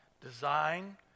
design